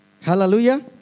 Hallelujah